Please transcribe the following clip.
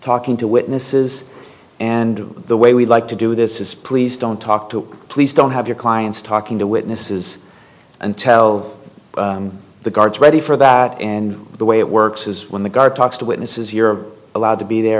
talking to witnesses and the way we'd like to do this is please don't talk to police don't have your clients talking to witnesses and tell the guards ready for that and the way it works is when the guard talks to witnesses you're allowed to be